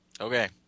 Okay